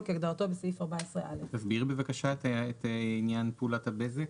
כהגדרתו בסעיף 14א." תסבירי בבקשה את עניין פעולת הבזק,